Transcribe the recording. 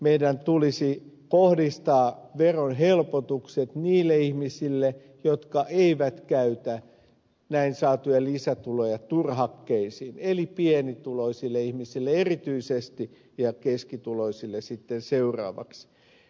meidän tulisi kohdistaa verohelpotukset niille ihmisille jotka eivät käytä näin saatuja lisätuloja turhakkeisiin eli pienituloisille ihmisille erityisesti ja keskituloisille sitten seuraavaksi